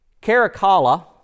Caracalla